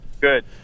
Good